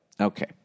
Okay